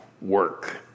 work